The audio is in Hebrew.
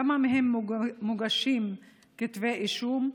בכמה מהם מוגשים כתבי אישום?